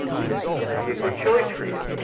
this is going to be a good choice for you.